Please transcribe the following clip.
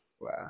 Wow